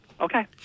Okay